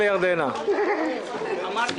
הישיבה ננעלה בשעה 13:41.